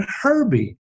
Herbie